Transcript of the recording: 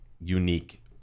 unique